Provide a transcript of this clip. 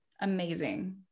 Amazing